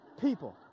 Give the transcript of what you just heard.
people